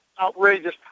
outrageous